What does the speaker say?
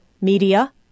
Media